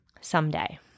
someday